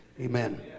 Amen